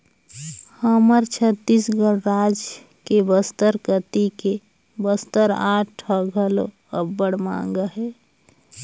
हमर छत्तीसगढ़ राज के बस्तर कती के बस्तर आर्ट ह घलो अब्बड़ मांग अहे